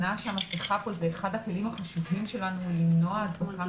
המסכה כאן היא אחד הכלים החשובים שלנו למנוע הדבקה.